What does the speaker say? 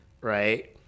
right